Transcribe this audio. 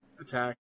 attack